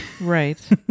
Right